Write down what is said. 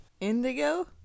Indigo